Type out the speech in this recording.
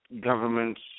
governments